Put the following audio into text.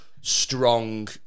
strong